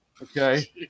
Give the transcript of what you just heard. Okay